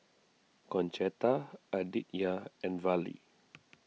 Concetta Aditya and Vallie